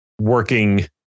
working